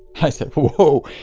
i said, whoa,